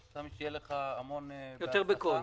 שיהיה לך המון בהצלחה.